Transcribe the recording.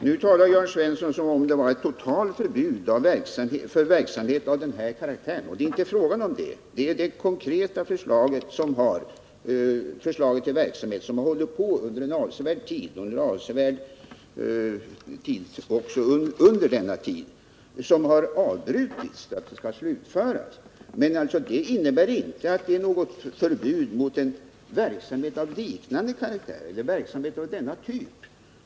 Herr talman! Nu talar Jörn Svensson som om det rådde totalt förbud för verksamhet av den här karaktären. Det är inte fråga om det. Det är det konkreta projektet, vilket pågått under avsevärd tid, som har avbrutits och slutförts. Men det innebär inte att det finns något förbud mot verksamhet av denna typ.